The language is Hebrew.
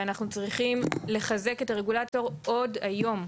ואנחנו צריכים לחזק את הרגולטור עוד היום.